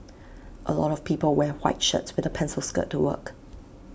A lot of people wear white shirts with A pencil skirt to work